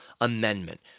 amendment